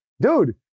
dude